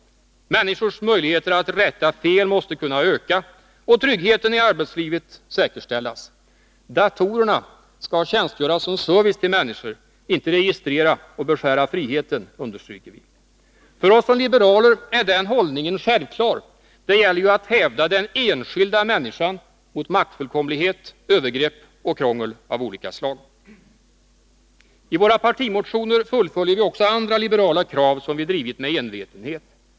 Människors möjligheter att rätta fel måste kunna öka och tryggheten i arbetslivet säkerställas. Datorerna skall tjänstgöra som service till människor, inte registrera och beskära friheten, understryker vi. För oss som liberaler är den hållningen självklar. Det gäller ju att hävda den enskilda människan mot maktfullkomlighet, övergrepp och krångel av olika slag. I våra partimotioner fullföljer vi också andra liberala krav, som vi drivit med envetenhet.